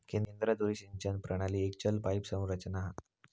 केंद्र धुरी सिंचन प्रणाली एक चल पाईप संरचना हा